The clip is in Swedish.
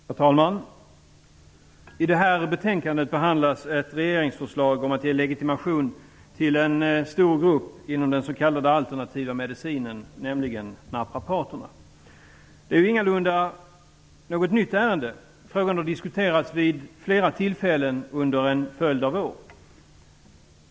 Herr talman! I det här betänkandet behandlas ett regeringsförslag om att ge legitimation till en stor grupp inom den s.k. alternativa medicinen, nämligen naprapaterna. Det är ingalunda något nytt ärende. Frågan har diskuterats vid flera tillfällen under en följd av år.